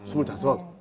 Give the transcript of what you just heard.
what is ah